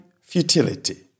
futility